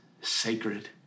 sacred